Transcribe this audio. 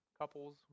couples